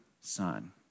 son